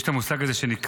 יש את המושג הזה שנקרא